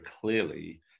clearly